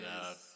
up